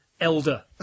Elder